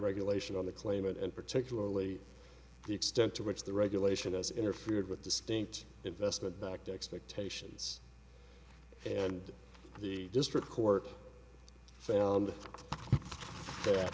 regulation on the claimant and particularly the extent to which the regulation has interfered with distinct investment back to expectations and the district court found that